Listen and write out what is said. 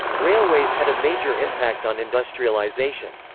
railways had a major impact on industrialization.